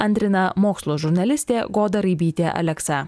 antrina mokslo žurnalistė goda raibytė aleksa